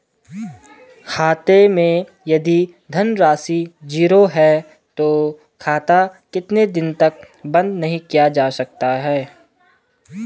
खाते मैं यदि धन राशि ज़ीरो है तो खाता कितने दिन तक बंद नहीं किया जा सकता?